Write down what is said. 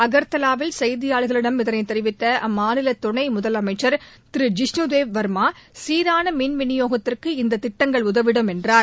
அக்தலாவில் செய்தியாளர்களிடம் இதனைத் தெரிவித்த அம்மாநில துணை முதலமைச்சா் திரு ஜிஷ்ணுதேவ் வா்மா சீரான மின் விநியோகத்திற்கு இந்த திட்டங்கள் உதவிடும் என்றார்